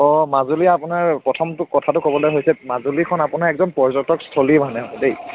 অঁ মাজুলী আপোনাৰ প্ৰথমটো কথাটো ক'বলৈ হৈছে মাজুলীখন আপোনাৰ একদম পৰ্যটক স্থলী মানে আকৌ দেই